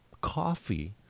coffee